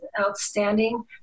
outstanding